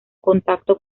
contacto